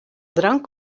drank